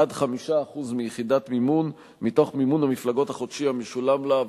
עד 5% מיחידת מימון מתוך מימון המפלגות החודשי המשולם לה,